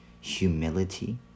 humility